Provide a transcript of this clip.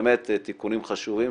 באמת תיקונים חשובים,